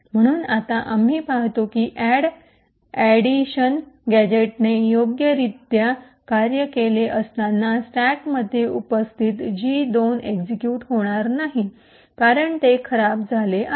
म्हणून आता आम्ही पाहतो की अॅड अॅडीशन गॅझेटने योग्यरित्या कार्य केले असताना स्टॅकमध्ये उपस्थित जी 2 एक्सिक्यूट होणार नाही कारण ते खराब झाले आहे